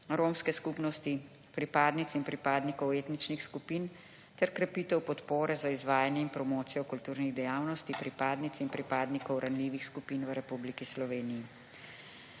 romske skupnosti, pripadnic in pripadnikov etničnih skupin ter krepitev podpore za izvajanje in promocijo kulturnih dejavnosti pripadnic in pripadnikov ranljivih skupin v Republiki Sloveniji.